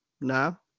No